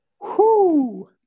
Whoo